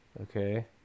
Okay